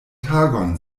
tagon